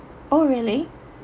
oh really